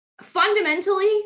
fundamentally